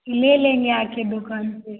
ले लेंगे आकर दुकान पर